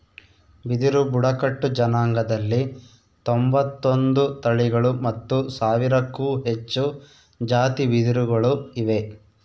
ಬಿದಿರು ಬುಡಕಟ್ಟು ಜನಾಂಗದಲ್ಲಿ ತೊಂಬತ್ತೊಂದು ತಳಿಗಳು ಮತ್ತು ಸಾವಿರಕ್ಕೂ ಹೆಚ್ಚು ಜಾತಿ ಬಿದಿರುಗಳು ಇವೆ